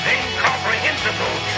incomprehensible